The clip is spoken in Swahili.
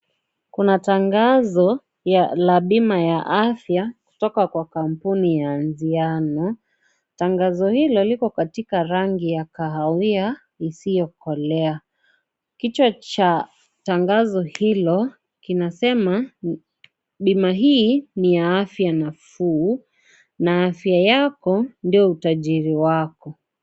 Kuna tangazo ya la bima ya afya kutoka kwa kampuni ya Anziano tangazo hilo liko katika rangi ya kahawia isiyokolea kichwa cha tangazo hilo kinasema bima hii ni ya afya nafuu na afya yako ndiyo utajiri wako.